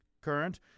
Current